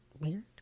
Weird